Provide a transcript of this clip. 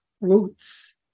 roots